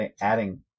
adding